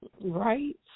Right